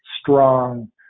strong